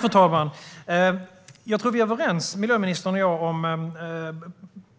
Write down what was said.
Fru talman! Jag tror att vi är överens, miljöministern och jag, om